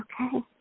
Okay